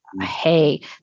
hey